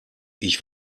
ich